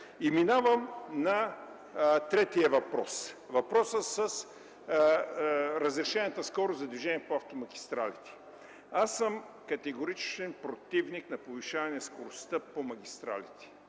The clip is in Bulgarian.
Минавам на третия въпрос – въпросът за разрешената скорост за движение по магистралите. Категоричен противник съм на повишаване скоростта по магистралите.